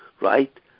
right